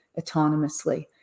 autonomously